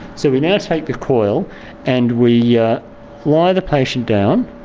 so we now take the coil and we yeah lie the patient down,